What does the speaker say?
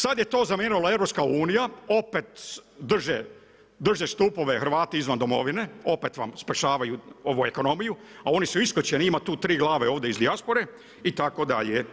Sad je to zamijenila EU, opet drže stupove Hrvati izvan domovine, opet vam spašavaju ovu ekonomiju, a oni su iskočeni, ima tu 3 glave ovdje iz dijaspore itd.